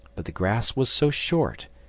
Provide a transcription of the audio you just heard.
but the grass was so short,